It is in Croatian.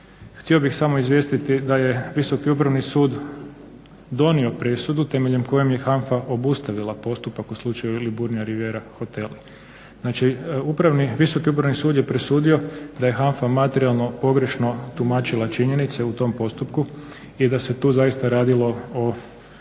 htio bih samo izvijestiti da je Visoki upravni sud donio presudu temeljem koje je HANFA obustavila postupak u slučaju Liburnia riviera hoteli. Znači, Visoki upravni sud je presudio da je HANFA materijalno pogrešno tumačila činjenice u tom postupku i da se tu zaista radilo o